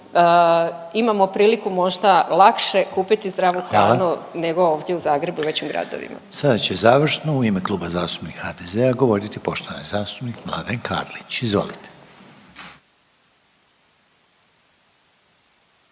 imamo priliku možda lakše kupiti zdravu hranu nego ovdje u Zagrebu, većim gradovima. **Reiner, Željko (HDZ)** Hvala. Sada će završno u ime Kluba zastupnika HDZ-a govoriti poštovani zastupnik Mladen Karlić. Izvolite.